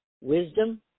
wisdom